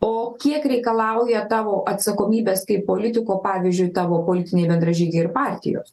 o kiek reikalauja tavo atsakomybės kaip politiko pavyzdžiui tavo politiniai bendražygiai ir partijos